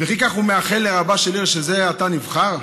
וכי כך הוא מאחל לרבה של עיר שזה עתה נבחר?